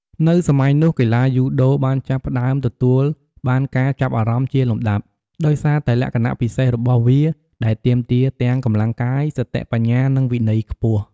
នៅសម័យនោះ កីឡាយូដូបានចាប់ផ្តើមទទួលបានការចាប់អារម្មណ៍ជាលំដាប់ ដោយសារតែលក្ខណៈពិសេសរបស់វាដែលទាមទារទាំងកម្លាំងកាយ សតិបញ្ញា និងវិន័យខ្ពស់ ។